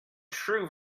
true